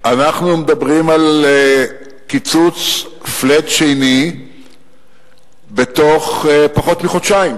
אנחנו מדברים על קיצוץ flat שני בתוך פחות מחודשיים.